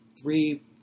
three